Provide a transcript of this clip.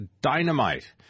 dynamite